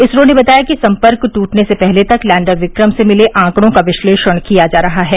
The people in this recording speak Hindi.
इसरो ने बताया कि सम्पर्क ट्टटने से पहले तक लैण्डर विक्रम से मिले आंकडों का विश्लेषण किया जा रहा है